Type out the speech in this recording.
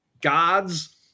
gods